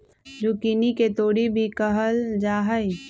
zucchini के तोरी भी कहल जाहई